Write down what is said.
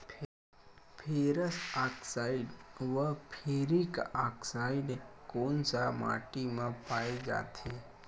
Ferrous oxide व ferric oxide कोन सा माटी म पाय जाथे?